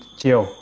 chiều